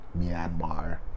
Myanmar